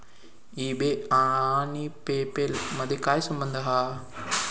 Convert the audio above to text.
E बे आणि PayPal मधे काय संबंध हा?